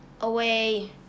away